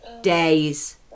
days